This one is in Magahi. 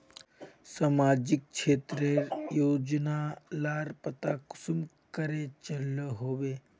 सामाजिक क्षेत्र रेर योजना लार पता कुंसम करे चलो होबे?